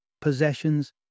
possessions